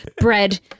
bread